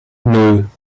nan